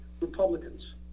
Republicans